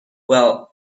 well